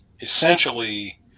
Essentially